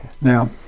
Now